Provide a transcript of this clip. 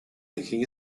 making